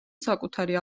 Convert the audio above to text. საკუთარი